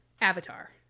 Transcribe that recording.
avatar